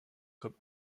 comme